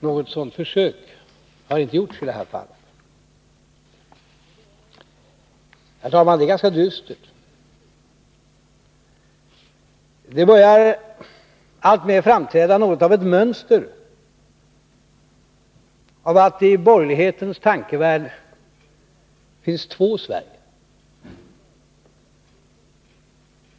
Något sådant försök har i det här fallet inte gjorts. Det är ganska dystert. Det börjar alltmer framträda som något av ett mönster att det i borgerlighetens tankevärld finns två Sverige.